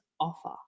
offer